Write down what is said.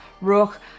Rook